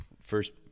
first